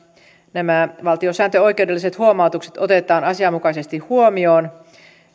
nämä valiokunnan valtiosääntöoikeudelliset huomautukset otetaan asianmukaisesti huomioon